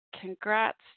congrats